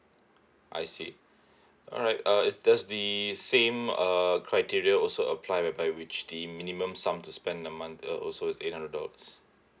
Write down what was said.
I see alright uh is does the same uh criteria also apply whereby which the minimum sum to spend a month uh also is eight hundred dollars